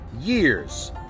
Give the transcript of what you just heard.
years